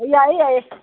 ꯌꯥꯏꯌꯦ ꯌꯥꯏꯌꯦ